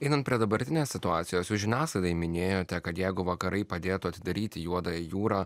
einant prie dabartinės situacijos jūs žiniasklaidai minėjote kad jeigu vakarai padėtų atidaryti juodąją jūrą